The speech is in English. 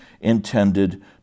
intended